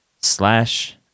slash